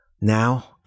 Now